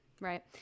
right